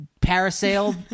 parasailed